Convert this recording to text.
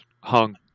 hung